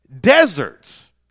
deserts